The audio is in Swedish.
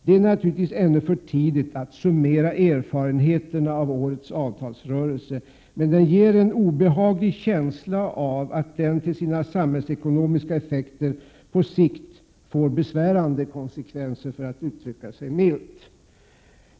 Det är naturligtvis för tidigt att ännu summera erfarenheterna av årets avtalsrörelse, men den ger en obehaglig känsla av att den till sina samhällsekonomiska effekter på sikt får besvärande konsekvenser, för att uttrycka sig milt.